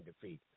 defeat